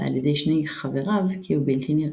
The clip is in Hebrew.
על ידי שני "חבריו" כי הוא בלתי נראה.